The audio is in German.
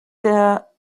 der